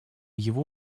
его